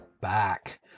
back